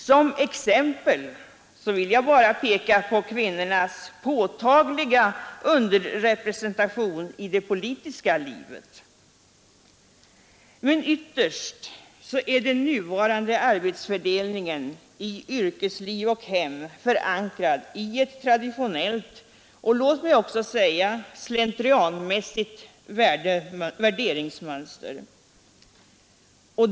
Som exempel vill jag bara peka på kvinnornas påtagliga underrepresentation i det politiska livet. Ytterst är den nuvarande arbetsfördelningen i yrkesliv och hem förankrad i ett traditionellt och låt mig också säga slentrianmässigt värderingsmönster.